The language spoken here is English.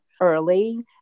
early